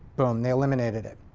boom, they eliminated it.